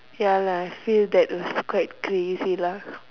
ya lah I feel that it's quite crazy lah